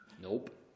Nope